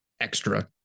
extra